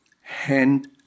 hand